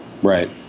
Right